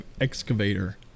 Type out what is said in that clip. excavator